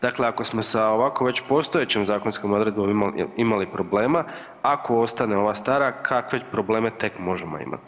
Dakle ako smo sa ovako već postojećom zakonskom odredbom imali problema, ako ostane ova stara kakve probleme tek možemo imati.